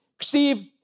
Steve